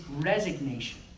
resignation